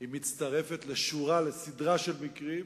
מצטרפת לשורה של מקרים,